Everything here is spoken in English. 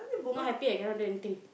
not happy I cannot do anything